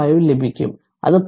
5 ലഭിക്കും അത് 0